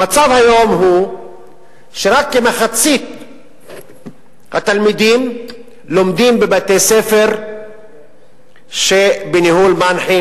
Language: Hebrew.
המצב היום הוא שרק כמחצית התלמידים לומדים בבתי-ספר שבניהול מנח"י,